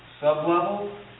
sublevel